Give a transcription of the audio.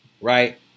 Right